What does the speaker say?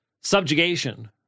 subjugation